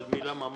אבל מילה ממש.